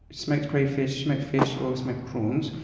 smoked crayfish, smoked fish, or smoked prawns.